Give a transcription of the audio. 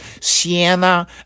sienna